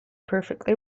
perfectly